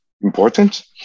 important